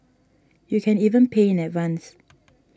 you can even pay in advance